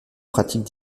pratique